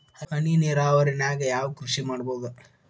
ಹನಿ ನೇರಾವರಿ ನಾಗ್ ಯಾವ್ ಕೃಷಿ ಮಾಡ್ಬೋದು?